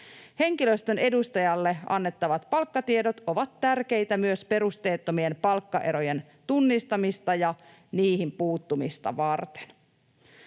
Henkilöstön edustajalle annettavat palkkatiedot ovat tärkeitä myös perusteettomien palkkaerojen tunnistamista ja niihin puuttumista varten.